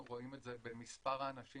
אנחנו רואים את זה במספר האנשים